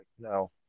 no